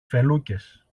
φελούκες